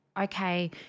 okay